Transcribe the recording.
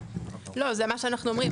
לא, זה מה שאנחנו אומרים.